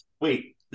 Wait